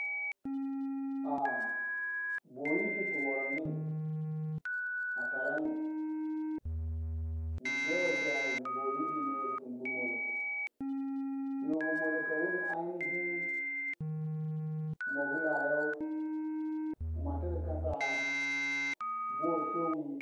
Boyidi su worongi a twalange inchewe che boyidi noh yir kun bamolo yoh bamolo ka wuni ainihin mogu la yau muatri kasa boh sowi